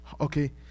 Okay